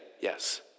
yes